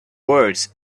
words